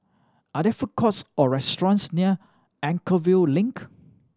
are there food courts or restaurants near Anchorvale Link